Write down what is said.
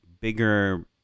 bigger